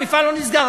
המפעל לא נסגר.